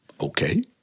okay